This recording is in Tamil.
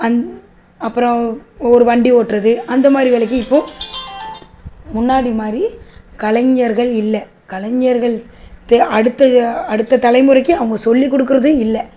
அப்பறம் ஒரு வண்டி ஓட்டுறது அந்த மாதிரி வேலைக்கு இப்போது முன்னாடி மாதிரி கலைஞர்கள் இல்லை கலைஞர்கள் அடுத்த அடுத்த தலைமுறைக்கு அவங்க சொல்லிக் கொடுக்குறதும் இல்லை